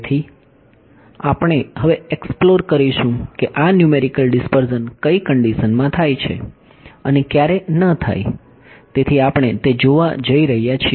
તેથી આપણે હવે એક્સ્પ્લોર કરીશું કે આ ન્યૂમેરિકલ ડિસપર્ઝન કઈ કન્ડિશનમાં થાય છે અને ક્યારે ન થાય તેથી આપણે તે જોવા જઈ રહ્યા છીએ